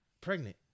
Pregnant